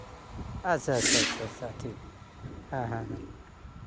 ᱟᱪᱪᱷᱟ ᱟᱪᱪᱷᱟ ᱟᱪᱪᱷᱟ ᱴᱷᱤᱠ ᱦᱮᱸ ᱦᱮᱸ